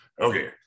okay